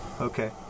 Okay